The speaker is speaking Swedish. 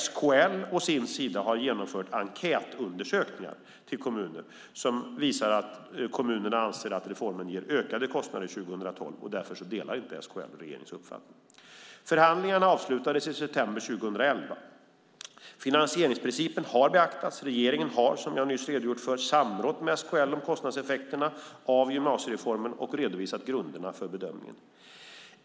SKL å sin sida har genomfört enkätundersökningar till kommuner som visar att reformen ger ökade kostnader för 2012, och därför delar SKL inte regeringens uppfattning. Förhandlingarna avslutades i september 2011. Finansieringsprincipen har beaktats. Regeringen har, som jag nyss redogjort för, samrått med SKL om kostnadseffekterna av gymnasiereformen och redovisat grunderna för bedömningen.